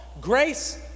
Grace